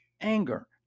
anger